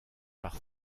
par